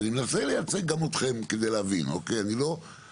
ואני מנסה לייצג גם אתכם כדי להבין,